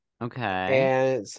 okay